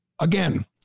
Again